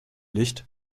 licht